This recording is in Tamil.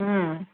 ம்